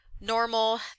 normal